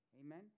Amen